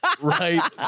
right